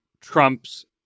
Trump's